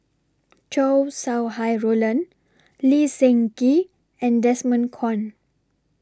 Chow Sau Hai Roland Lee Seng Gee and Desmond Kon